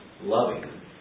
loving